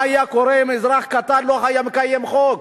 מה היה קורה אם אזרח קטן לא היה מקיים חוק?